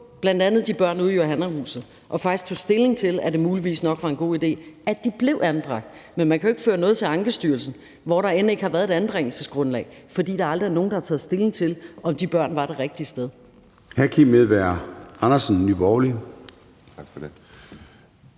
bl.a. de børn ude i Joannahuset, og faktisk tog stilling til, om det muligvis var en god idé, at de blev anbragt. Men man kan jo ikke føre noget til Ankestyrelsen, hvor der end ikke har været anbringelsesgrundlag, fordi der aldrig er nogen, der har taget stilling til, om de børn var det rigtige sted. Kl. 21:59 Formanden (Søren Gade):